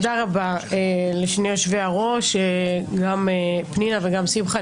תודה רבה לשני יושבי הראש, גם פנינה וגם שמחה.